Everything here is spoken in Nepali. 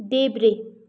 देब्रे